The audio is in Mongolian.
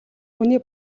хүний